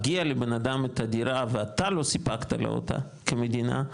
כשמגיע לבנאדם את הדירה ואתה לא סיפקת לו אותה כמדינה,